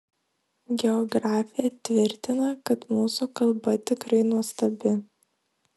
geografė tvirtina kad mūsų kalba tikrai nuostabi